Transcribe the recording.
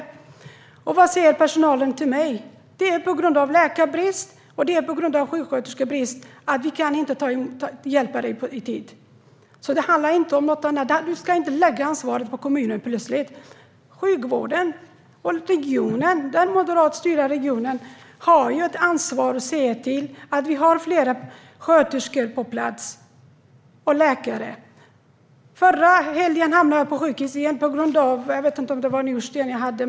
Personalen sa till mig att de inte kunde hjälpa mig i tid på grund av läkarbrist och sjuksköterskebrist. Det handlar alltså inte om något annat. Du ska inte plötsligt lägga ansvaret på kommunerna. Sjukvården och den moderatstyrda regionen har ansvar för att se till att det finns fler sköterskor och läkare på plats. Förra helgen hamnade jag på sjukhus igen. Jag vet inte om det var njursten jag hade.